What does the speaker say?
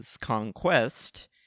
conquest